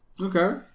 Okay